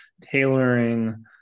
tailoring